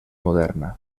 moderna